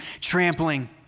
trampling